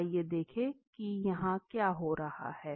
आइए देखें कि यहाँ क्या हो रहा है